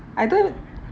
I don't